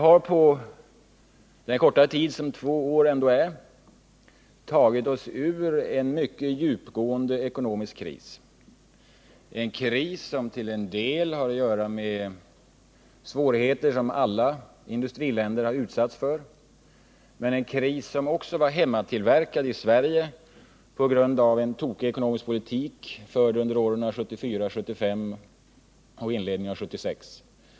Vi har på den korta tid som två år ändå är tagit oss ur en mycket djupgående ekonomisk kris — en kris som till en del har att göra med svårigheter som alla i-länder har utsatts för men som också var hemmatillverkad i Sverige på grund av en tokig ekonomisk politik förd under åren 1974 och 1975 och under inledningen av 1976.